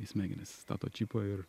į smegenis įstato čipą ir